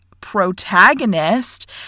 protagonist